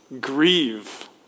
grieve